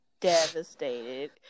devastated